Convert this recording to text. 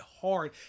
hard